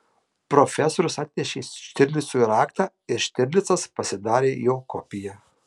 profesorius atnešė štirlicui raktą ir štirlicas pasidarė jo kopiją